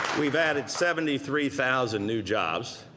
we've added seventy three thousand new jobs,